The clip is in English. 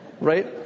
Right